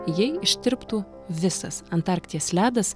jei ištirptų visas antarkties ledas